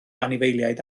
anifeiliaid